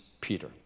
Peter